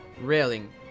railing